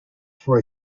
for